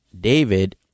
David